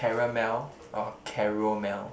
caramel or caromel